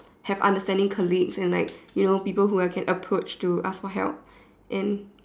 have understanding colleagues and like you know people who I can approach to ask for help and